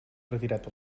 retirat